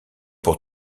pour